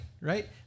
right